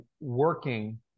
working